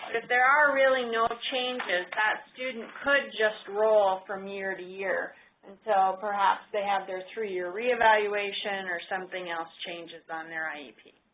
if there are really no changes that student could just roll from year to year until ah they have their three year re-evaluation or something else changes on their iep.